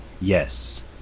Yes